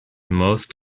most